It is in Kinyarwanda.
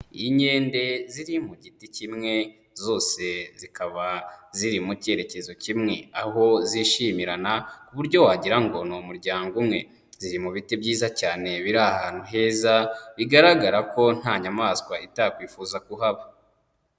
Inkende ziri mu giti kimwe zose zikaba ziri mu kerekezo kimwe. Aho zishimirana ku buryo wagira ngo ni umuryango umwe. Ziri mu biti byiza cyane biri ahantu heza bigaragara ko nta nyamaswa itakwifuza kuhaba.